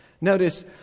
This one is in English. Notice